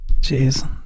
Jeez